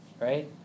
right